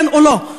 כן או לא.